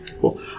Cool